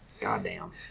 Goddamn